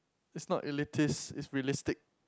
it's not elitist it's realistic